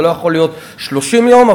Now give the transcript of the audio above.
זה לא יכול להיות 30 יום,